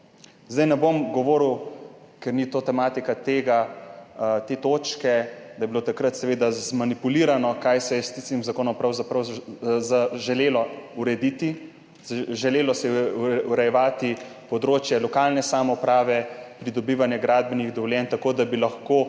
Zdaj ne bom govoril, ker ni to tematika te točke, da je bilo takrat seveda zmanipulirano, kaj se je s tistim zakonom pravzaprav želelo urediti. Želelo se je urejevati področje lokalne samouprave, pridobivanja gradbenih dovoljenj tako, da bi lahko